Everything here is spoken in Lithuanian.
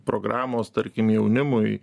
programos tarkim jaunimui